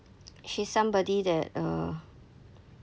she's somebody that err